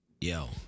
Yo